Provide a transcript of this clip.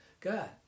God